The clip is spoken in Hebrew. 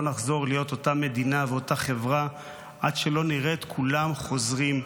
לא נחזור להיות אותה מדינה ואותה חברה עד שלא נראה את כולם חוזרים.